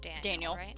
Daniel